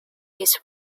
his